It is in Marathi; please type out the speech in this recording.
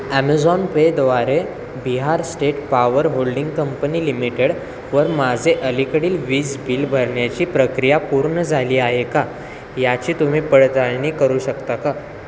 ॲमेझॉन पेद्वारे Bihar state power holding company लिमिटेडवर माझे अलीकडील वीज बिल भरण्याची प्रक्रिया पूर्ण झाली आहे का याची तुम्ही पडताळणी करू शकता का